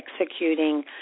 executing